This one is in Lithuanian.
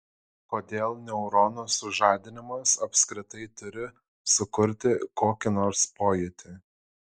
kodėl neuronų sužadinimas apskritai turi sukurti kokį nors pojūtį